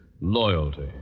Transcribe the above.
loyalty